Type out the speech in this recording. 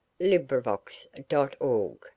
LibriVox.org